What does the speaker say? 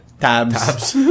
tabs